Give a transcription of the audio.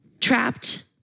trapped